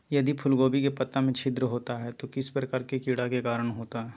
यदि फूलगोभी के पत्ता में छिद्र होता है तो किस प्रकार के कीड़ा के कारण होता है?